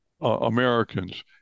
Americans